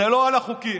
זה לא על החוקים.